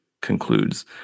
concludes